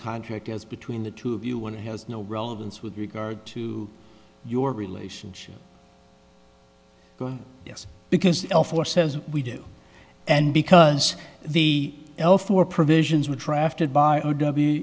contract as between the two of you when it has no relevance with regard to your relationship going yes because for says we do and because the l four provisions were drafted by